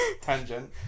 tangent